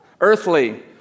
Earthly